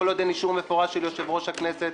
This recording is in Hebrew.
כל עוד אין אישור מפורט של יושב-ראש הכנסת,